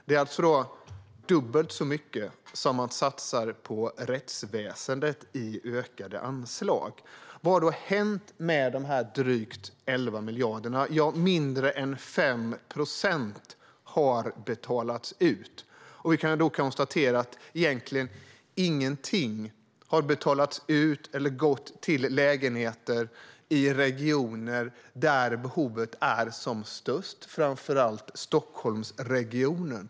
Det är dubbelt så mycket som man satsar på rättsväsendet i ökade anslag. Vad har då hänt med dessa drygt 11 miljarder? Ja, mindre än 5 procent har betalats ut, och ingenting har gått till lägenheter i regioner där behovet är som störst, framför allt Stockholmsregionen.